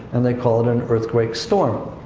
and they call it an earthquake storm.